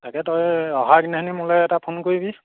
তাকে তই অহাৰ দিনাখনি মোলৈ এটা ফোন কৰিবি